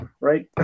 right